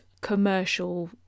commercial